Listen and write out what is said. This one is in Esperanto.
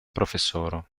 profesoro